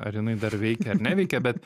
ar jinai dar veikia ar neveikia bet